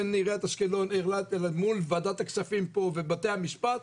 בין עיריית אשקלון מול וועדת הכספים פה ובתי המשפט,